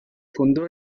fundó